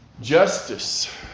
justice